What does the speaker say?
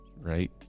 Right